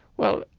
well,